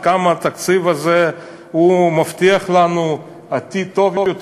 עד כמה התקציב הזה מבטיח לנו עתיד טוב יותר,